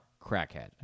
crackhead